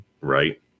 right